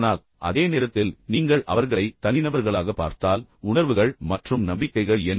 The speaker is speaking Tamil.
ஆனால் அதே நேரத்தில் நீங்கள் அவர்களை தனிநபர்களாக பார்த்தால் உணர்வுகள் மற்றும் நம்பிக்கைகள் என்ன